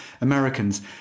Americans